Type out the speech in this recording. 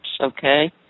Okay